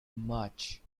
much